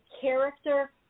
character